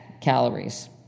calories